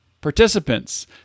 participants